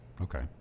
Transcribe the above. Okay